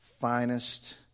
finest